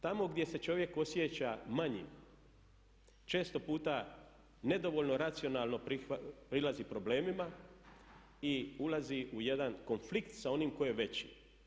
Tamo gdje se čovjek osjeća manjim često puta nedovoljno racionalno prilazi problemima i ulazi u jedan konflikt sa onim koji je veći.